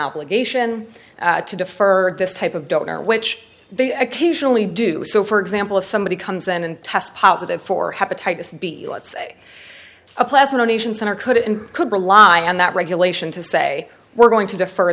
obligation to defer this type of donor which they occasionally do so for example if somebody comes in and test positive for hepatitis b let's say a plasma donation center could and could rely on that regulation to say we're going to defer